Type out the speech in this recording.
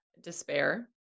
despair